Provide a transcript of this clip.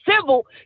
civil